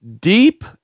deep